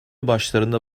başlarında